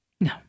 No